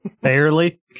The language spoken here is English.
barely